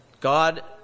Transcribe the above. God